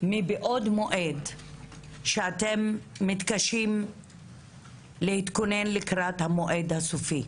מבעוד מועד שאתם מתקשים להתכונן לקראת המועד הסופי?